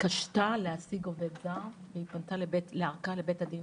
התקשתה להשיג עובד זר, והיא פנתה לבית הדין